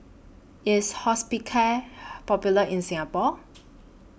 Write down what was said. IS Hospicare Popular in Singapore